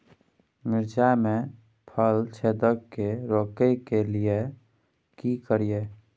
मिर्चाय मे फल छेदक के रोकय के लिये की करियै?